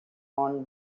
owned